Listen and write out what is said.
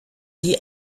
die